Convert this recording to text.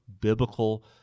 biblical